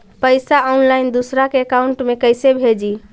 पैसा ऑनलाइन दूसरा के अकाउंट में कैसे भेजी?